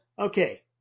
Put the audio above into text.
okay